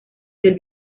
del